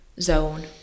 zone